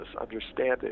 understanding